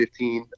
2015